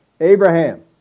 Abraham